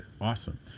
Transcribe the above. Awesome